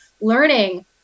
learning